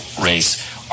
race